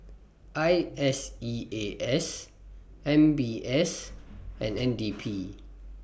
I S E A S M B S and N D P